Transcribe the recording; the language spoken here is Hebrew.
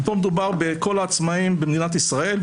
ומדובר פה בכל העצמאים במדינת ישראל.